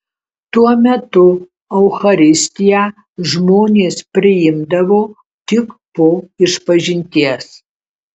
tuo metu eucharistiją žmonės priimdavo tik po išpažinties